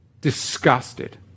Disgusted